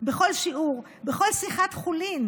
בכל שיחת חולין